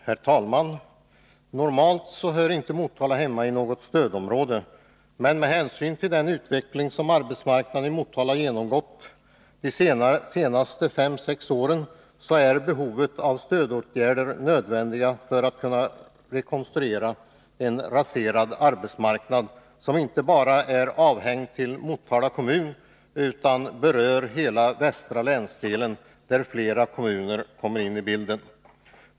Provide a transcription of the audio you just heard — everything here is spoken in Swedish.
Herr talman! Normalt hör inte Motala hemma i något stödområde, men med hänsyn till den utveckling som arbetsmarknaden i Motala har genomgått under de senaste fem sex åren är stödåtgärder nödvändiga för att man skall kunna rekonstruera denna raserade arbetsmarknad, som inte inskränker sig bara till Motala kommun utan berör flera kommuner i hela västra länsdelen.